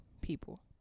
people